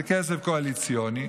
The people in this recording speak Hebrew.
זה כסף קואליציוני.